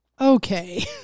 Okay